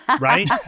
Right